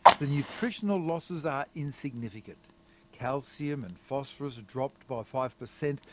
the nutritional losses are insignificant calcium and phosphorus drop by five per cent,